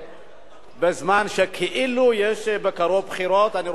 בזמן שכאילו יש בקרוב בחירות, אני רוצה לומר,